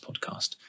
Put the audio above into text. podcast